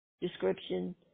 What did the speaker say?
description